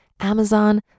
Amazon